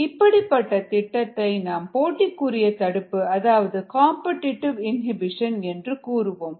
இப்படிப்பட்ட திட்டத்தை நாம் போட்டிக்குரிய தடுப்பு அதாவது காம்படிடிவு இனிபிஷன் என்று கூறுவோம்